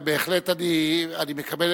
בהחלט אני מקבל,